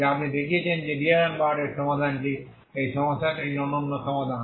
যা আপনি দেখিয়েছেন যে ডিআলেমবার্টের সমাধানটি DAlemberts solution এই সমস্যাটির অনন্য সমাধান